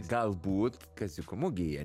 galbūt kaziuko mugėje